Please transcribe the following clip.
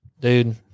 dude